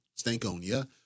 Stankonia